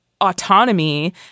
autonomy